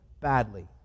badly